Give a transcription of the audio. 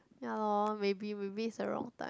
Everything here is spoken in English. ya lor maybe maybe it's the wrong time